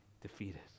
defeated